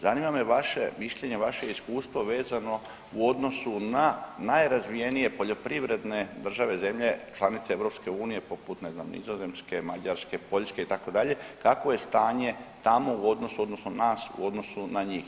Zanima me vaše mišljenje, vaše iskustvo vezano u odnosu na najrazvijenije poljoprivrede države zemlje članice EU poput ne znam Nizozemske, Mađarske, Poljske itd. kakvo je stanje tamo u odnosu odnosno nas u odnosu na njih?